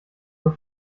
nur